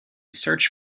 search